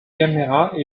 caméras